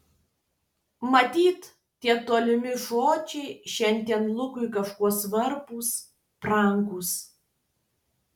matyt tie tolimi žodžiai šiandien lukui kažkuo svarbūs brangūs